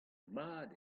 mat